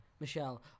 Michelle